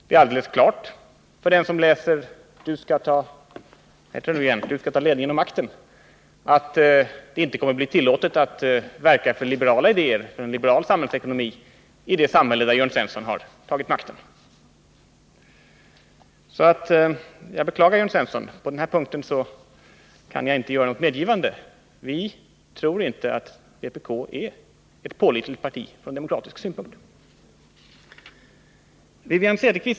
Det är alldeles klart för den som läser Du skall ta ledningen och makten att det inte kommer att bli tillåtet att verka för liberala idéer och en liberal samhällsekonomi i det samhälle där Jörn Svensson har tagit ledningen och makten. Jag beklagar, Jörn Svensson, att jag på denna punkt inte kan göra något medgivande. Vi tror inte att vpk är ett pålitligt parti från demoiratisk synpunkt.